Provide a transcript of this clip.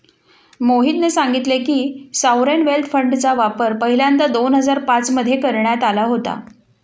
मोहितने सांगितले की, सॉवरेन वेल्थ फंडचा वापर पहिल्यांदा दोन हजार पाच मध्ये करण्यात आला होता